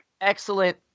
excellent